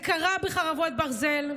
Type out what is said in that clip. זה קרה בחרבות ברזל,